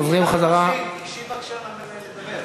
חוזרים, מיכל, תיגשי בבקשה לדבר.